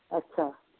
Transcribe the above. अच्छा